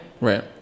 right